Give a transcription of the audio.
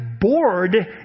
Bored